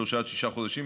שלושה עד שישה חודשים,